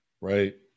Right